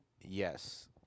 yes